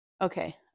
Okay